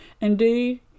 Indeed